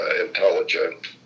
intelligent